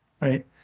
right